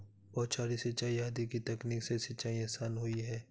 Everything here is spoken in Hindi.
बौछारी सिंचाई आदि की तकनीक से सिंचाई आसान हुई है